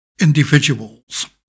individuals